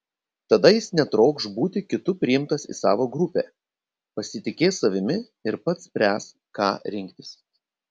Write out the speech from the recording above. tada jis netrokš būti kitų priimtas į savo grupę pasitikės savimi ir pats spręs ką rinktis